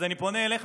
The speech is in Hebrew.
אז אני פונה אליך,